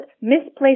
misplaced